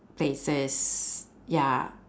places ya